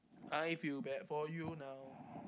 I feel bad for you now